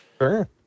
Sure